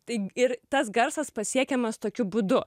tai ir tas garsas pasiekiamas tokiu būdu